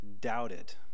doubted